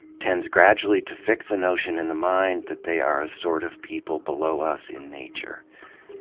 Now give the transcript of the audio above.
tends gradually to fix a notion in the mind, that they are a sort of people below us in nature.